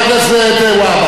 אין לי מה להסתיר.